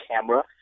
camera